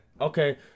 Okay